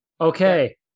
Okay